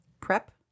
prep